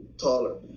taller